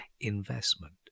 investment